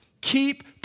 Keep